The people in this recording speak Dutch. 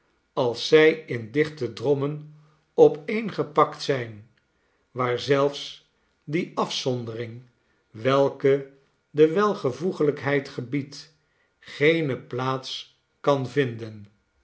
als zij in dichte drommen opeengepakt zijn waar zelfs die afzondering welke de welvoeglijkheid gebiedt geene plaats kan vinden